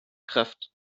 kraft